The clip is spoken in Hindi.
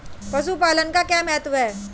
पशुपालन का क्या महत्व है?